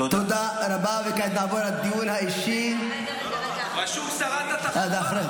רשום: שרת התחבורה.